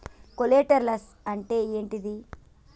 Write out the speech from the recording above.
Collaterals అంటే ఏంటిది?